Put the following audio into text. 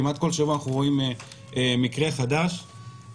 או כמעט כל שבוע אנחנו רואים מקרה חדש ובאמת,